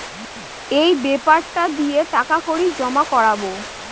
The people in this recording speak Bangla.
এই বেপারটা দিয়ে টাকা কড়ি জমা করাবো